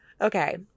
Okay